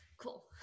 Cool